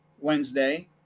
Wednesday